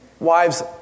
Wives